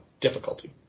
difficulty